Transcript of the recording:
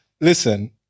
Listen